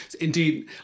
Indeed